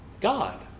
God